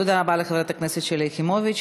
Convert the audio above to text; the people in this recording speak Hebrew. תודה רבה לחברת הכנסת שלי יחימוביץ.